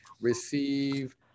receive